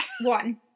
One